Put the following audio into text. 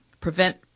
prevent